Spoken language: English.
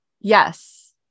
Yes